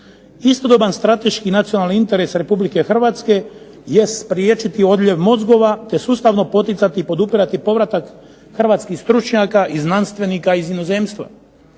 Istodoban strateški nacionalni interes Republike Hrvatske jest spriječiti odljev mozgova, te sustavno poticati i podupirati povratak hrvatskih stručnjaka i znanstvenika iz inozemstava.